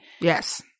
Yes